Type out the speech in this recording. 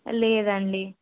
లేదండి